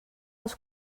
els